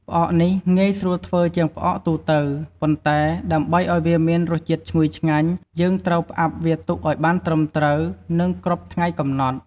ផ្អកនេះងាយស្រួលធ្វើជាងផ្អកទូទៅ ប៉ុន្តែ ដើម្បីឱ្យវាមានរសជាតិឈ្ងុយឆ្ងាញ់ យើងត្រូវផ្អាប់វាទុកឱ្យបានត្រឹមត្រូវ និងគ្រប់ថ្ងៃកំណត់។